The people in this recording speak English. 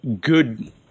good